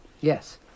Yes